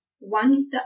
One